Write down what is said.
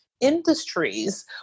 industries